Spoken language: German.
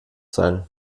sein